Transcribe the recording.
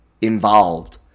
involved